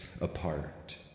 apart